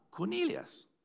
Cornelius